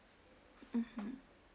mmhmm